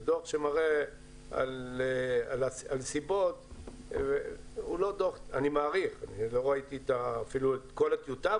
זה דוח שמראה על סיבות ואני מעריך - לא ראיתי את כל הטיוטה,